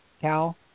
Cal